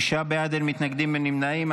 תשעה בעד, אין מתנגדים, אין נמנעים.